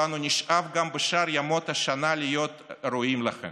ואנו נשאף גם בשאר ימות השנה להיות ראויים לכן.